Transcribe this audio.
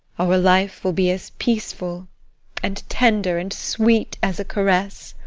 our life will be as peaceful and tender and sweet as a caress.